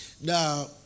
Now